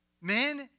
Men